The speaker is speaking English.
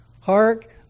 Hark